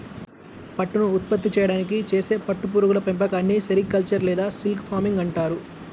పట్టును ఉత్పత్తి చేయడానికి చేసే పట్టు పురుగుల పెంపకాన్ని సెరికల్చర్ లేదా సిల్క్ ఫార్మింగ్ అంటారు